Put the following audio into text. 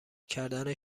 کردن